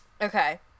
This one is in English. Okay